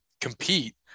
compete